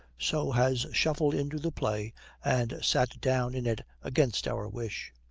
so has shuffled into the play and sat down in it against our wish.